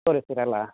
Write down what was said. ತೋರಿಸ್ತೀರ ಅಲ್ಲಾ